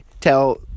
tell